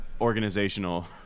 Organizational